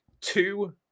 two